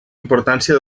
importància